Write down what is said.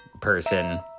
person